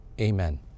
amen